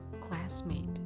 classmate